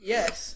Yes